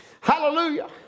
Hallelujah